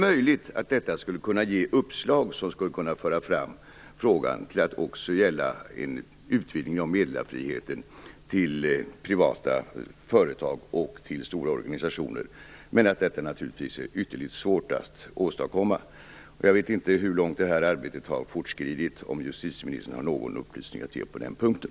Möjligen skulle detta kunna ge uppslag som skulle kunna föra fram frågan till att också gälla en utvidgning av meddelarfriheten till privata företag och till stora organisationer, men att detta naturligtvis är ytterligt svårt att åstadkomma. Jag vet inte hur långt detta arbete har fortskridit eller om justitieministern har någon upplysning att ge på den punkten.